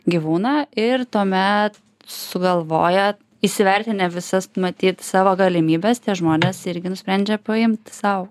gyvūną ir tuomet sugalvoja įsivertinę visas matyt savo galimybes tie žmonės irgi nusprendžia paimt sau